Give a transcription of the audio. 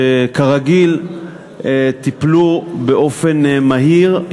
שכרגיל טיפלו באופן מהיר,